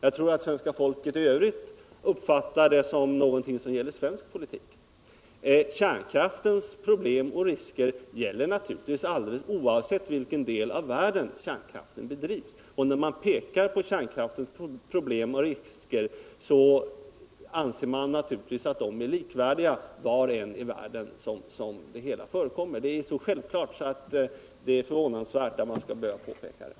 Jag tror att svenska folket i övrigt uppfattat den som någonting som gäller svensk politik. Kärnkraftens problem och risker gäller naturligtvis alldeles oavsett i vilken del av världen kärnkraften används. Det är så självklart att det är förvånansvärt att man skall behöva påpeka det.